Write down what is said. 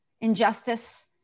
injustice